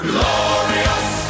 Glorious